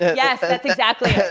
yes, that's exactly it.